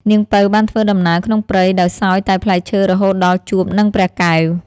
នាងពៅបានធ្វើដំណើរក្នុងព្រៃដោយសោយតែផ្លែឈើរហូតដល់ជួបនឹងព្រះកែវ ។